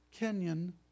Kenyan